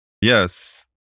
Yes